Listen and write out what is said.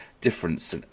difference